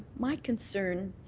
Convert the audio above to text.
my concern